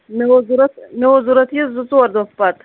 مےٚ اوس ضوٚرَتھ مےٚ اوس ضوٚرَتھ یہِ زٕ ژور دۄہ پَتہٕ